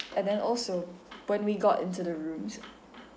and then also when we got into the rooms